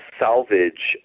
salvage